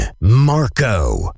Marco